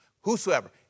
Whosoever